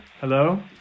Hello